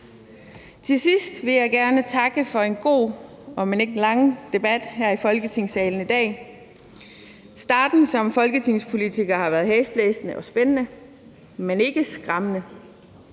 Til sidst vil jeg gerne takke for en god om end lidt lang debat her i Folketingssalen i dag. Starten som folketingspolitiker har været hæsblæsende og spændende, men ikke skræmmende.